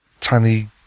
Tiny